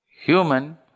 Human